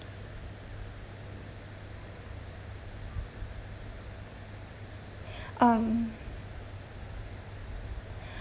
um